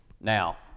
Now